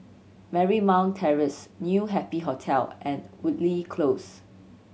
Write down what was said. Marymount Terrace New Happy Hotel and Woodleigh Close